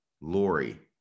Lori